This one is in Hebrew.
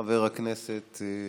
חבר הכנסת,